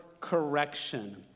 correction